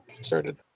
Started